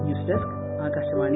news desk Akashvani